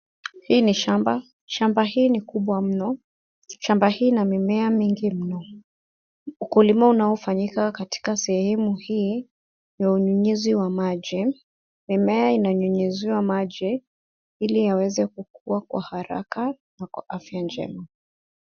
Hii ni shamba. Shamba hii ni kubwa mno. Shamba hii ina mimea mingi mno. Ukulima unaofanyika katika sehemu hii ya unyunyuzi wa maji. Mimea inanyunyuziwa maji ili aweze kukua kwa haraka na kwa afya njema.